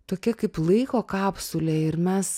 tokia kaip laiko kapsulė ir mes